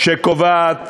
שקובעת